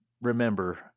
remember